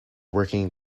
working